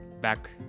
back